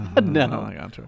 No